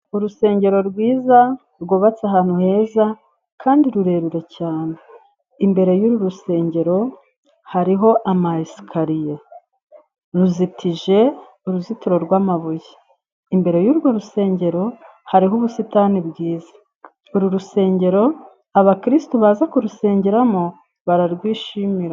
Urusengero rwiza rwubatse ahantu heza kandi rurerure cyane, imbere y'uru rusengero hariho amasikariye ruzitije uruzitiro rw'amabuye. Imbere y'urwo rusengero hariho ubusitani bwiza, uru rusengero abakirisitu baza kurusengeramo bararwishimira.